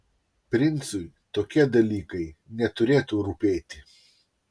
princui tokie dalykai neturėtų rūpėti